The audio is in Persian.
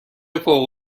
فوق